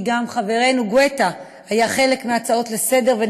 כי גם לחברנו גואטה היה חלק בהצעות לסדר-היום,